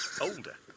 older